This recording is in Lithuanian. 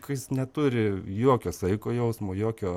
kai jis neturi jokio saiko jausmo jokio